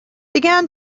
began